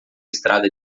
estrada